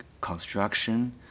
construction